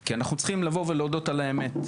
כי אנחנו צריכים לבוא ולהודות על האמת.